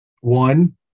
One